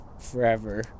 Forever